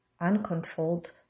uncontrolled